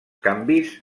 canvis